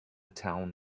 town